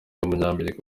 w’umunyamerika